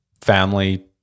family